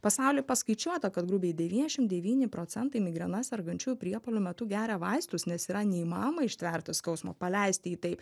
pasauly paskaičiuota kad grubiai devyniasdešim devyni procentai migrena sergančiųjų priepuolių metu geria vaistus nes yra neįmanoma ištverti skausmo paleisti jį taip